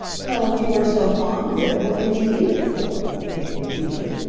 well, if you are so fond of it what did you leave it for? demanded peter.